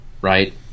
right